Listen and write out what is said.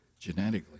Genetically